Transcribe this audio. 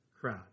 crowd